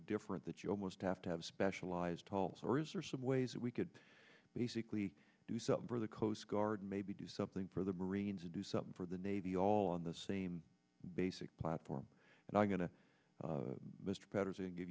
different that you almost have to have specialized faults or is there some ways that we could basically do something for the coast guard and maybe do something for the bereans to do something for the navy all on the same basic platform and i'm going to mr patterson and give